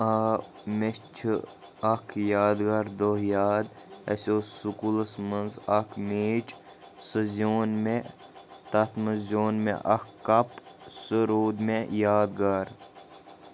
آ مےٚ چھُ اَکھ یادگار دۄہ یاد اَسہِ اوس سکوٗلَس منٛز اَکھ میچ سُہ زیوٗن مےٚ تَتھ منٛز زیوٗن مےٚ اَکھ کَپ سُہ روٗد مےٚ یادگار